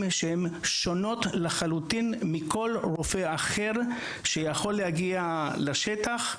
שהן שונות לחלוטין מכל רופא אחר שיכול להגיע לשטח.